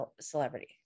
celebrity